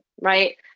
right